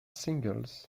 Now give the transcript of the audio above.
singles